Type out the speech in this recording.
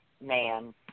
man